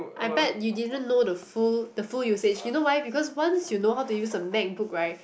I bet you didn't know the full the full usage you know why because once you know how to use a MacBook right